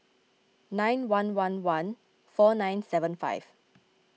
nine one one one four nine seven five